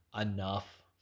enough